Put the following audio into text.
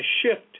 shift